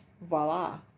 voila